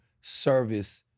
service